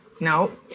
No